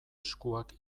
eskuak